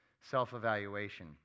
self-evaluation